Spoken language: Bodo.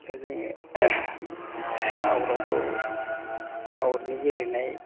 दा जोङो आउट आवथ' आउटनि गेलेनाय